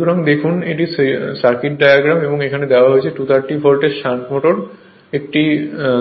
সুতরাং দেখুন এটি সার্কিট ডায়াগ্রাম এবং এটি দেওয়া হয়েছে যে 230 ভোল্টের শান্ট মোটর একটি